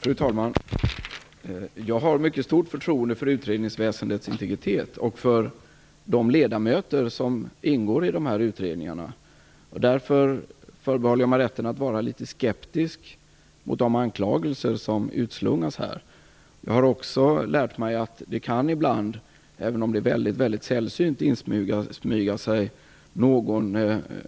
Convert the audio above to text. Fru talman! Jag har mycket stort förtroende för utredningsväsendets integritet och för de ledamöter som ingår i utredningarna. Därför förbehåller jag mig rätten att vara litet skeptisk mot de anklagelser som utslungas här. Jag har också lärt mig att det ibland kan - även om det är mycket sällsynt - insmyga sig någon